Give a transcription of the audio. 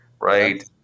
right